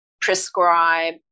prescribe